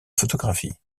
photographie